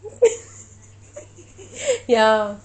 ya